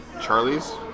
Charlie's